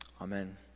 Amen